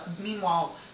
meanwhile